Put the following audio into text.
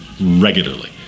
regularly